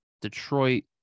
Detroit